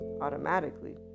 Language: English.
automatically